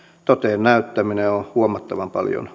toteen näyttäminen on huomattavan paljon